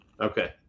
Okay